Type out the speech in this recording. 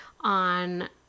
on